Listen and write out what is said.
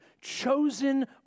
chosen